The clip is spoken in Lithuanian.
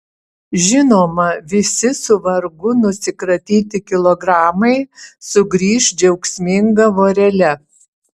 žinoma visi su vargu nusikratyti kilogramai sugrįš džiaugsminga vorele